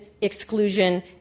exclusion